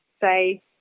say